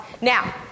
Now